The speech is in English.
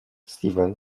stephen